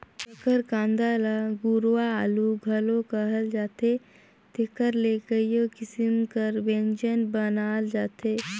सकरकंद ल गुरूवां आलू घलो कहल जाथे जेकर ले कइयो किसिम कर ब्यंजन बनाल जाथे